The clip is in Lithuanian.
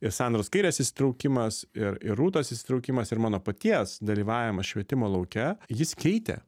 ir sandros kairės įsitraukimas ir ir rūtos įsitraukimas ir mano paties dalyvavimas švietimo lauke jis keitė